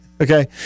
Okay